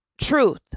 truth